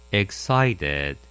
excited